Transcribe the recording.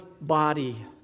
body